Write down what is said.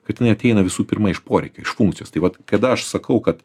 kad jinai ateina visų pirma iš poreikio iš funkcijos tai vat kada aš sakau kad